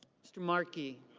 mr. markey.